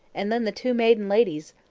and then the two maiden ladies.